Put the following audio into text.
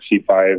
C5